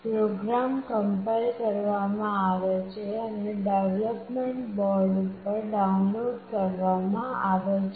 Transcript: programme compile કરવામાં આવે છે અને ડેવલપમેન્ટ બોર્ડ પર ડાઉનલોડ કરવામાં આવે છે